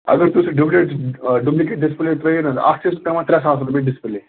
اگر تُہۍ سُہ ڈُبلِکیٹ آ ڈُبلِکیٹ ڈِسپُلے ترٛایِو نہَ حظ اکھ چھِ اَسہِ پٮ۪وان ترٛےٚ ساس رۄپیہِ ڈِسپُلے